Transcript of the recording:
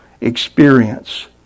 experience